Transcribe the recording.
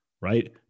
right